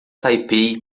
taipei